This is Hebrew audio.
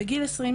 בגיל עשרים,